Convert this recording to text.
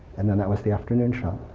and then that was the afternoon shot.